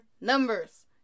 numbers